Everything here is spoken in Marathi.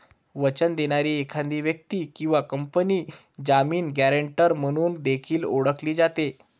वचन देणारी एखादी व्यक्ती किंवा कंपनी जामीन, गॅरेंटर म्हणून देखील ओळखली जाते